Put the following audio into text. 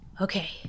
Okay